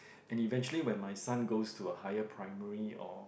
and eventually when my son goes to a higher primary or